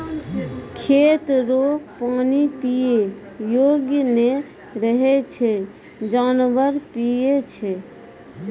खेत रो पानी पीयै योग्य नै रहै छै जानवर पीयै छै